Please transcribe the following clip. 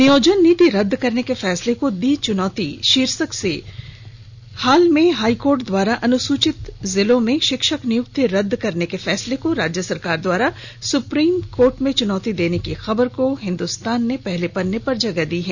नियोजन नीति रद्द करने के फैसले को दी चुनौती शीर्षक से हाल में हाई कोर्ट द्वारा अनुसूचित जिलों में शिक्षक नियुक्ति रदद करने के फैसले को राज्य सरकार द्वारा सुप्रीम कोर्ट चुनौती देने की खबर को हिन्दुस्तान ने पहले पन्ने पर जगह दी है